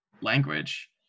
language